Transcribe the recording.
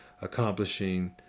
accomplishing